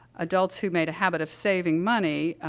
adults who made a habit of saving money,